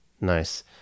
nice